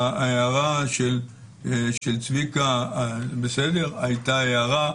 ההערה של צביקה הייתה הערה,